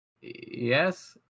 Yes